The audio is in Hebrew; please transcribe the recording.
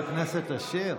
חבר הכנסת אשר,